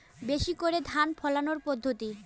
বেশি করে ধান ফলানোর পদ্ধতি?